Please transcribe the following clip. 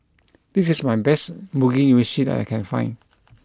this is my best Mugi Meshi that I can find